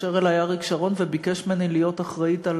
והתקשר אלי אריק שרון וביקש ממני להיות אחראית על